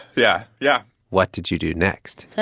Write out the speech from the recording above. yeah. yeah what did you do next?